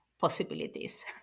possibilities